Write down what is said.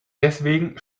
deswegen